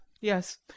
yes